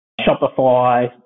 Shopify